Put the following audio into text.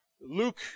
Luke